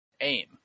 aim